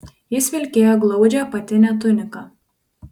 jis vilkėjo gludžią apatinę tuniką